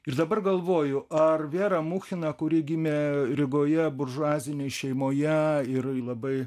ir dabar galvoju ar vera muchina kuri gimė rygoje buržuazinėj šeimoje ir labai